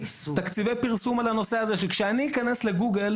תקציבי פרסום על הנושא הזה שכשאני אכנס לגוגל,